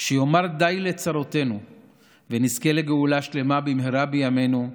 שיאמר די לצרותינו ונזכה לגאולה שלמה במהרה בימינו.